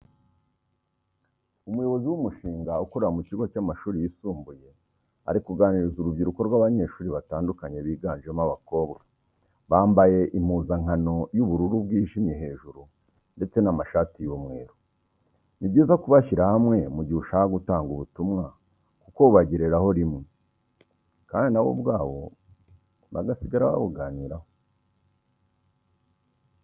Umuyobozi w’umushinga ukorera mu kigo cy’amashuri yisumbuye ari kuganiriza urubyiruko rw’abanyeshuri batandukanye biganjemo abakobwa, bambaye impuzankano y’ubururu bwijimye hejuru ndetse n’amashashi y’umweru. Ni byiza kubashyira hamwe mu gihe ushaka gutanga ubutumwa kuko bubagereraho rimwe, kandi na bo ubwabo bagasigara babuganiraho.